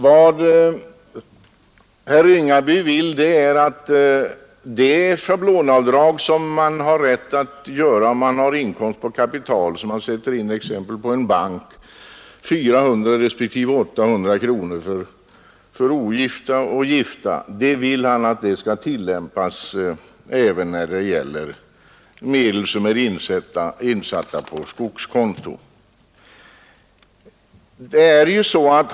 Vad herr Ringaby vill är att det schablonavdrag som man har rätt att göra om man har inkomst av kapital som man sätter in exempelvis på en bank — 400 kronor för ogifta respektive 800 kronor för gifta — skall tillämpas även på medel som är insatta på skogskonto.